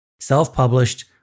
self-published